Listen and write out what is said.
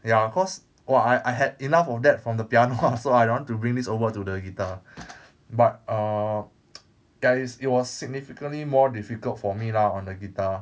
ya cause !wah! I I had enough of that from the piano ah so I don't want to bring this over to the guitar but err ya it's it was significantly more difficult for me lah on the guitar